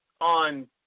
on